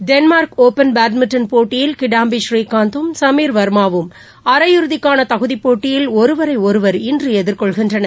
Denmark Open badminton போட்டியில் கிடாம்பி ஸ்ரீகாந்தும் சமீர்வா்மாவும் அரையிறுதிக்கானதகுதிப்போட்டியில் ஒருவரைஒருவர் இன்றுஎதிர்கொள்கின்றனர்